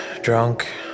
drunk